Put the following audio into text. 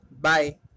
Bye